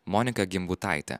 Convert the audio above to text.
monika gimbutaite